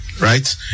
right